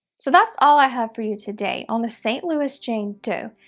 so that's all i have for you today on the st. louis jane doe.